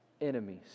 enemies